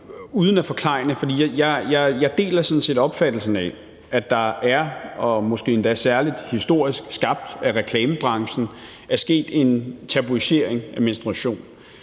uden at forklejne det, for jeg deler sådan set opfattelsen af, at der er – måske endda særlig historisk skabt af reklamebranchen – sket en tabuisering af menstruation.